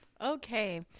Okay